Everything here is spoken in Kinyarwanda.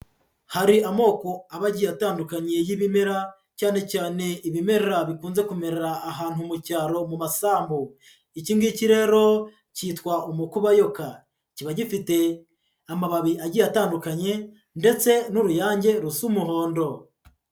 Hari amoko aba agiye atandukanye y'ibimera, cyane cyane ibimera bikunze kumerera ahantu mu cyaro mu masambu, iki ngiki rero cyitwa umukubayoka, kiba gifite amababi agiye atandukanye ndetse n'uruyange rusa umuhondo.